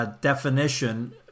definition